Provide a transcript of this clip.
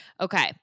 okay